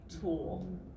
tool